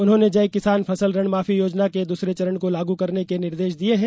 उन्होंने जय किसान फसल ऋण माफी योजना के दूसरे चरण को लागू करने के निर्देश दिये हैं